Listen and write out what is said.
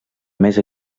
més